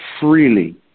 freely